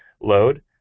load